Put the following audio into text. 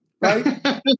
Right